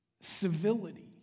civility